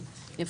יופי.